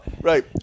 right